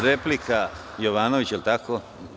Replika, Jovanović, da li tako?